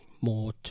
more